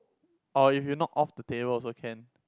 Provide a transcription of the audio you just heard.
or if you knock off the table also can